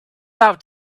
out